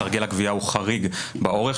סרגל הגבייה הוא חריג באורכו,